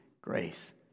Grace